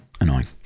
annoying